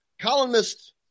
columnist